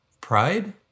pride